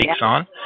on